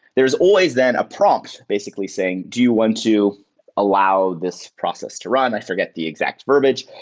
there's always then a prompt basically saying, do you want to allow this process to run? i forgot the exact verbiage.